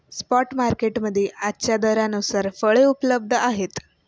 spot market मध्ये आजच्या दरानुसार फळे उपलब्ध आहेत